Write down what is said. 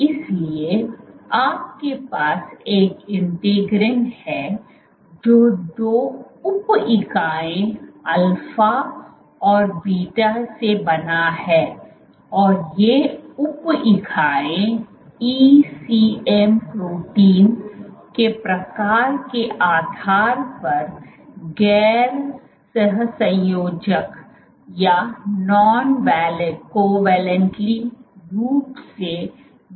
इसलिए आपके पास एक इंटीग्रीन है जो दो उप इकाइयों अल्फा और बीटा से बना है और ये उप इकाइयां ईसीएम प्रोटीन के प्रकार के आधार पर गैर सहसंयोजक रूप से जुड़ी हुई हैं